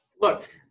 look